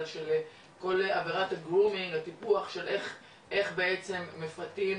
אבל של כל עבירה של איך בעצם מפתים